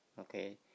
okay